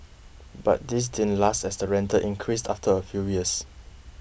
but this didn't last as the rental increased after a few years